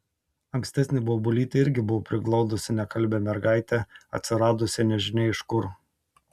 ankstesnė bobulytė irgi buvo priglaudusi nekalbią mergaitę atsiradusią nežinia iš kur